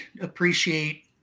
appreciate